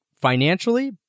financially